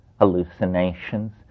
hallucinations